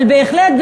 אבל בהחלט,